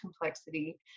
complexity